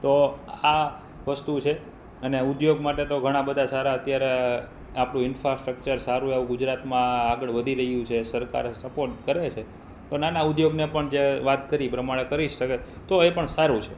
તો આ વસ્તુ છે અને ઉદ્યોગ માટે તો ઘણા બધા સારા અત્યારે આપણુું ઇન્ફાસ્ટ્રકચર સારું એવું ગુજરાતમાં આગળ વધી રહ્યું છે સરકારે સપોર્ટ કરે છે તો નાના ઉદ્યોગને પણ જે વાત કરી એ પ્રમાણે કરી શકે તો એ પણ સારું છે